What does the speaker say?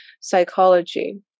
psychology